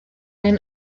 been